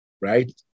Right